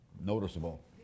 noticeable